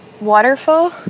Waterfall